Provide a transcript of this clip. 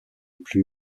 plus